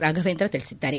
ರಾಘವೇಂದ್ರ ತಿಳಿಸಿದ್ದಾರೆ